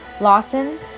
Lawson